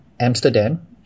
Amsterdam